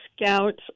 scouts